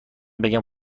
بگم